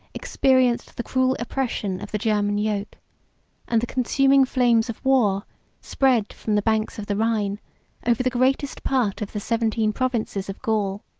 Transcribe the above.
experienced the cruel oppression of the german yoke and the consuming flames of war spread from the banks of the rhine over the greatest part of the seventeen provinces of gaul.